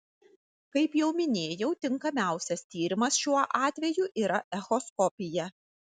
kaip jau minėjau tinkamiausias tyrimas šiuo atveju yra echoskopija